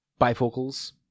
Bifocals